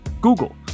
Google